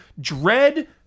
dread